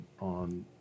on